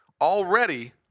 already